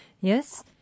yes